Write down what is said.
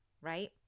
Right